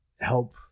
help